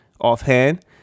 offhand